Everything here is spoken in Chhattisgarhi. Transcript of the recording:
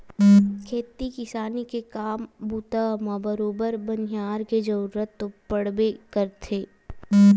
खेती किसानी के काम बूता म बरोबर बनिहार के जरुरत तो पड़बे करथे